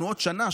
אנחנו בעוד שנה,